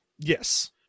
Yes